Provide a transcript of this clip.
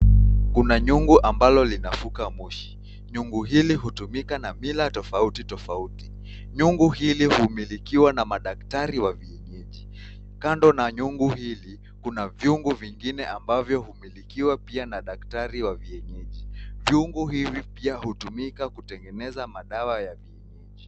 Kuna nyungu ambalo linavuka moshi. Nyungu hili hutumika na mila tofauti tofauti. Nyungu hili humilikiwa na madaktari wa vienyeji. Kando na nyungu hili kuna vyungu vingine ambavyo humilikiwa pia na daktari wa vienyeji. Vyungu hivi pia hutumika kutegeneza madawa ya vienyeji.